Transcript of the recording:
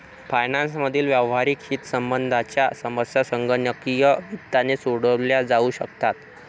finance मधील व्यावहारिक हितसंबंधांच्या समस्या संगणकीय वित्ताने सोडवल्या जाऊ शकतात